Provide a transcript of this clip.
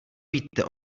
víte